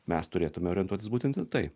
mes turėtume orientuotis būtent į tai